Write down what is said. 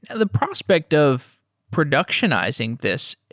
the prospect of productionizing this,